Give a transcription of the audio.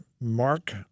Mark